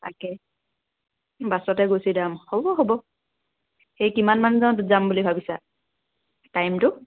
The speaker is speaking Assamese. তাকে বাছতে গুচি যাম হ'ব হ'ব সেই কিমানমানত যাম বুলি ভাবিছা টাইমটো